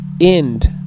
end